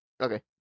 Okay